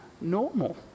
normal